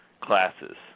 classes